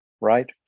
right